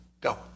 Go